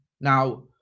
Now